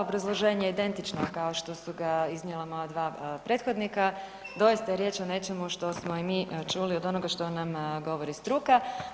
Obrazloženje je identično kao što su ga iznijela moja dva prethodnika, doista je riječ o nečemu što smo i mi čuli od onoga što nam govori struka.